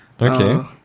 Okay